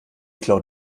klaut